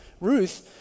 Ruth